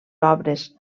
obres